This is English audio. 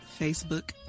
Facebook